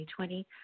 2020